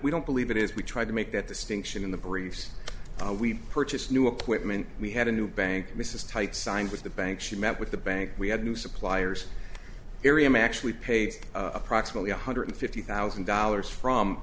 we don't believe it is we tried to make that distinction in the briefs we purchased new equipment we had a new bank mrs tight signed with the bank she met with the bank we had new suppliers area i'm actually paid approximately one hundred fifty thousand dollars from